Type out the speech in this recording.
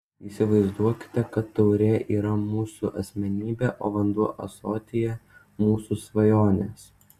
įsivaizduokite kad taurė yra mūsų asmenybė o vanduo ąsotyje mūsų svajonės